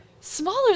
Smaller